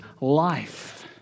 life